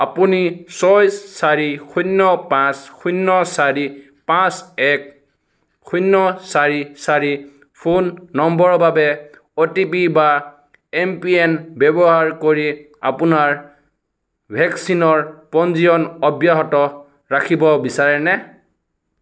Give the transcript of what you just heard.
আপুনি ছয় চাৰি শূন্য পাঁচ শূন্য চাৰি পাঁচ এক শূন্য চাৰি চাৰি ফোন নম্বৰৰ বাবে অ' টি পি বা এমপিন ব্যৱহাৰ কৰি আপোনাৰ ভেকচিনৰ পঞ্জীয়ন অব্যাহত ৰাখিব বিচাৰেনে